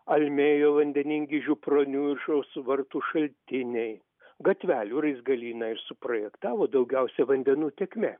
almėjo vandeningi žiupronių ir aušros vartų šaltiniai gatvelių raizgalynę ir suprojektavo daugiausiai vandenų tėkmė